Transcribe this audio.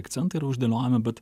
akcentai yra uždėliojami bet